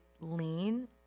lean